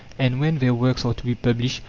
and when their works are to be published,